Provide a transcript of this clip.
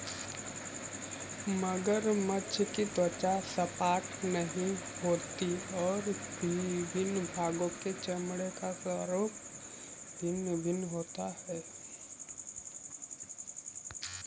मगरमच्छ की त्वचा सपाट नहीं होती और विभिन्न भागों के चमड़े का स्वरूप भिन्न भिन्न होता है